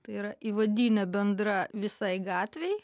tai yra įvadinė bendra visai gatvei